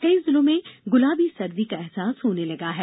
कई जिलों में गुलाबी सर्दी का अहसास होने लगा है